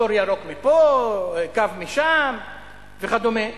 אזור ירוק מפה, קו משם וכדומה?